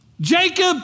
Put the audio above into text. Jacob